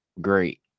great